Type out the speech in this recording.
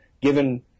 given –